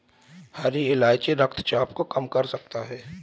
हरी इलायची रक्तचाप को कम कर सकता है